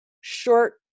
short